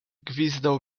gwizdał